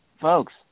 Folks